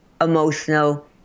emotional